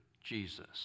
Jesus